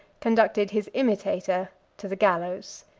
conducted his imitator to the gallows.